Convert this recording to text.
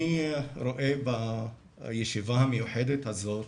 אני רואה בישיבה המיוחדת הזאת,